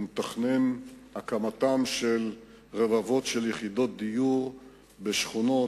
הוא מתכנן את הקמתן של רבבות יחידות דיור בשכונות,